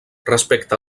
respecte